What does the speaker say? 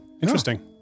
interesting